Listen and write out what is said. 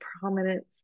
prominence